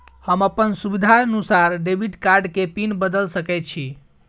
हम अपन सुविधानुसार डेबिट कार्ड के पिन बदल सके छि?